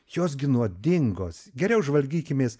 jos gi nuodingos geriau žvalgykimės